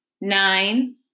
nine